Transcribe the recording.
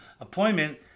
appointment